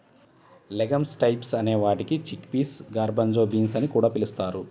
legumes types అనే వాటిని chickpeas, garbanzo beans అని కూడా పిలుస్తారు